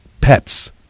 pets